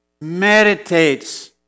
meditates